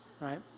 right